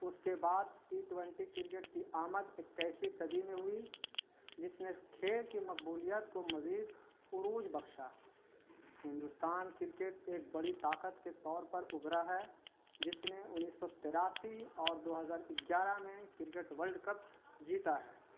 اس کے بعد T twenty cricket کی آمد اکیسویں صدی میں ہوئی جس نے کھیل کی مقبولیت کو مزید عروج بخشا ہندوستان کرکٹ ایک بڑی طاقت کے طور پر ابھرا ہے جس نے انیس سو تراسی اور دو ہزار گیارہ میں کرکٹ ورلڈ کپ جیتا ہے